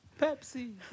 Pepsi